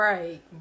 Right